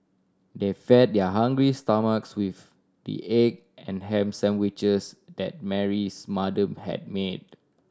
they fed their hungry stomachs with the egg and ham sandwiches that Mary's mother had made